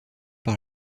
par